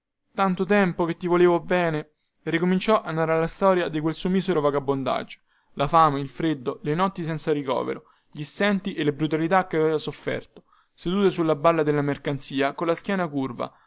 tanto tempo che ti volevo bene e ricominciò a narrar la storia del suo misero vagabondaggio la fame il freddo le notti senza ricovero gli stenti e le brutalità che aveva sofferto seduta sulla balla della mercanzia colla schiena curva